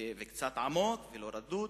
וקצת עמוק ולא רדוד,